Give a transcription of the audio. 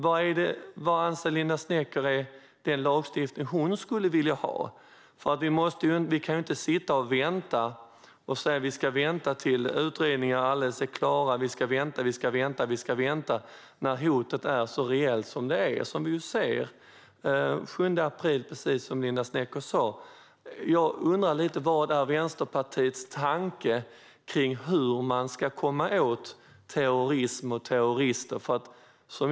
Vi kan ju inte säga att vi ska vänta tills utredningen är klar, att vi ska fortsätta att vänta och vänta, när hotet är så reellt som det är. Linda Snecker nämnde själv den 7 april. Jag undrar lite vad som är Vänsterpartiets tanke kring hur man ska komma åt terrorism och terrorister.